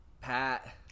Pat